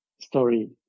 story